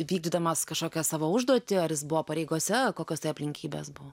vykdydamas kažkokią savo užduotį ar jis buvo pareigose kokios tai aplinkybės buvo